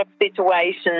situation